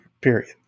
period